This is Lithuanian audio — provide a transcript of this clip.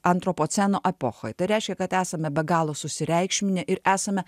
antropoceno epochoj tai reiškia kad esame be galo susireikšminę ir esame